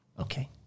Okay